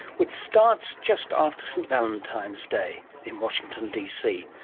which starts just after st valentine's day in washington dc.